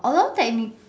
old technique